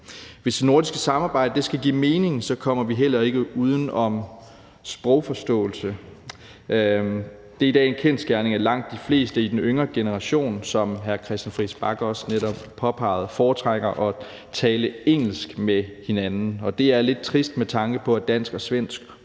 Hvis det nordiske samarbejde skal give mening, kommer vi heller ikke uden om sprogforståelse. Det er i dag en kendsgerning, at langt de fleste i den yngre generation, som hr. Christian Friis Bach også netop påpegede, foretrækker at tale engelsk med hinanden. Det er lidt trist, med tanke på at dansk, svensk